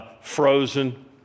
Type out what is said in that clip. frozen